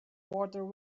water